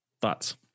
Thoughts